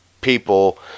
people